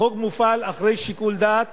החוק מופעל אחרי שיקול דעת